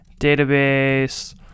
database